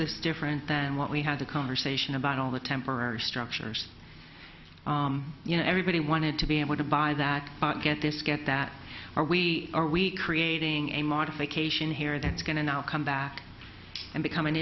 this different than what we had a conversation about all the temporary structures you know everybody wanted to be able to buy that but get this get that are we are we creating a modification here that's going to now come back and become an